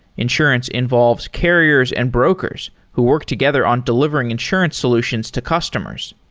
insurance involves carriers and brokers who work together on delivering insurance solutions to customers.